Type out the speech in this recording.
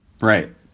Right